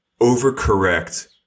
overcorrect